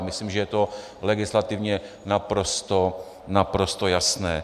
Myslím, že je to legislativně naprosto, naprosto jasné.